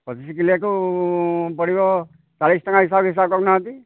ପଚିଶ କିଲିଆକୁ ପଡ଼ିବ ଚାଳିଶି ଟଙ୍କା ହିସାବରେ ହିସାବ କରୁନାହାନ୍ତି